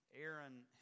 Aaron